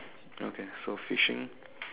okay so fishing